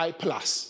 plus